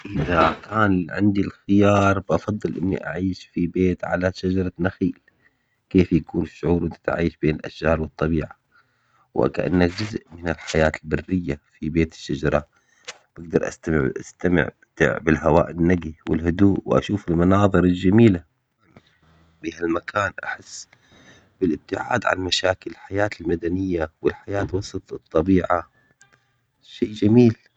اذا كان عندي الخيار بافضل اني اعيش في بيت على شجرة نخيل. كيف يكون شعور وانت عايش بين الاشجار والطبيعة? وكأنك جزء من الحياة البرية في بيت الشجرة. بقدر استمع بالهواء النقي والهدوء واشوف المناظر الجميلة هالمكان احس بالابتعاد عن مشاكل حياة المدنية والحياة الطبيعة شي جميل